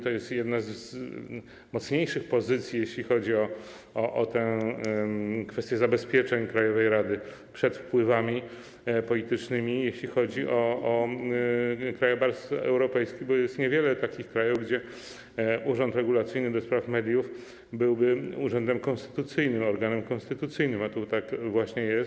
To jest jedna z mocniejszych pozycji, jeśli chodzi o kwestię zabezpieczeń krajowej rady przed wpływami politycznymi, jeśli chodzi o krajobraz europejski - bo niewiele jest takich krajów, gdzie urząd regulacyjny do spraw mediów byłby urzędem konstytucyjnym, organem konstytucyjnym, a tu właśnie tak jest.